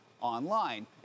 online